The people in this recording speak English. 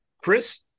Chris